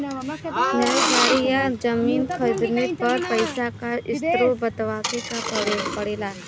नई गाड़ी या जमीन खरीदले पर पइसा क स्रोत बतावे क पड़ेला